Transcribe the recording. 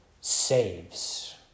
saves